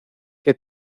que